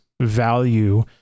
value